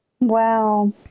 Wow